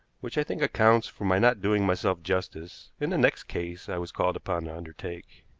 which i think accounts for my not doing myself justice in the next case i was called upon to undertake.